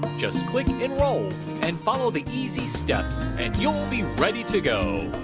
just click enroll and follow the easy steps and you'll be ready to go!